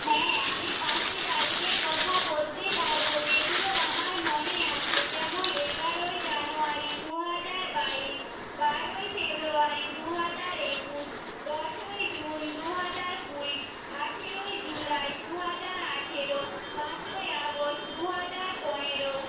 হ্যাঁ আমি পাঁচটি তারিখের কথা বলতে পারব যেগুলো আমার মনে আছে যেমন এগারোই জানুয়ারি দু হাজার বাইশ বারোই ফেব্রুয়ারি দু হাজার একুশ দশই জুন দু হাজার কুড়ি আঠেরোই জুলাই দু হাজার আঠেরো পাঁচই আগস্ট দু হাজার পনেরো